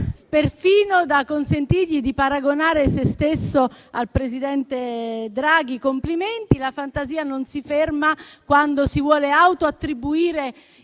perfino da consentirgli di paragonare se stesso al presidente Draghi: complimenti. La fantasia non si ferma neanche quando si vuole autoattribuire i